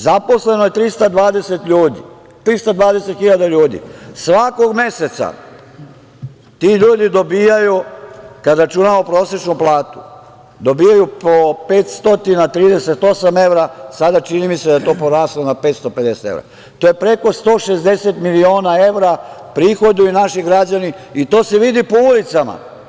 Zaposleno je 320 hiljada ljudi i svakog meseca, ti ljudi dobijaju, kada računamo prosečnu platu, po 538 evra, a sada čini mi se da je to poraslo na 550 evra i to je preko 160 miliona evra, prihoduju naši građani i to se vidi po ulicama.